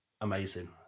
Amazing